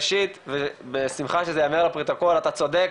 ראשית, בשמחה שזה ייאמר לפרוטוקול, אתה צודק,